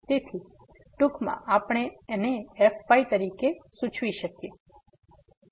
તેથી ટૂંકમાં આપણે આને fy તરીકે સૂચવી શકીએ